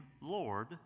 Lord